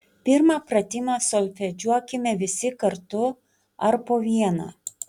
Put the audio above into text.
pirmą pratimą solfedžiuokime visi kartu ar po vieną